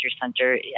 Center